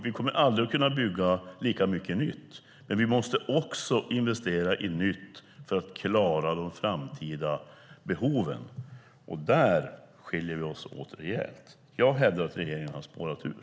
Vi kommer aldrig att kunna bygga lika mycket nytt, men vi måste investera också i det nya för att klara de framtida behoven. Där skiljer vi oss åt rejält. Jag hävdar att regeringen har spårat ur.